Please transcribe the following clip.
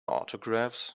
autographs